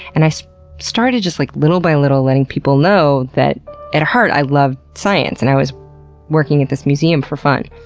and i so started just like little by little, letting people know that at heart, i love science and i was working at this museum for fun.